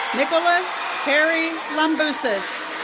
nikolos harry lumbouses.